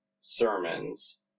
sermons